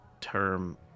term